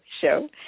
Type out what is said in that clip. show